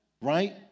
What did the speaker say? right